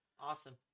Awesome